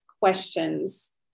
questions